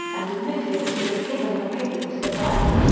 and admitted that he had given the papers to the press.